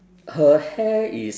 her hair is